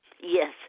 Yes